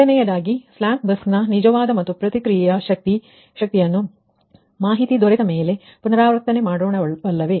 ಎರಡನೆಯದಾಗಿ slack bus ನ ನಿಜವಾದ ಮತ್ತು ಪ್ರತಿಕ್ರಿಯೆಯ ಶಕ್ತಿಯನ್ನು ಮಾಹಿತಿ ದೊರೆತ ಮೇಲೆ ಪುನರಾವರ್ತನೆ ಮಾಡೋಣವಲ್ಲವೇ